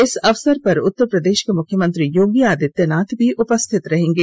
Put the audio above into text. इस अवसर पर उत्तरप्रदेश के मुख्यमंत्री योगी आदित्यनाथ भी उपस्थित रहेंगे